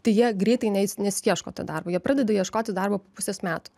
tai jie greitai neis nesiieško to darbo jie pradeda ieškoti darbo po pusės metų